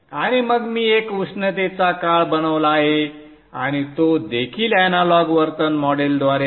आणि मग मी एक उष्णतेचा काळ बनवला आहे आणि तो देखील एनालॉग वर्तन मॉडेलद्वारे आहे